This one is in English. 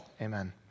Amen